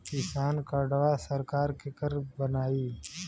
किसान कार्डवा सरकार केकर बनाई?